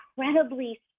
incredibly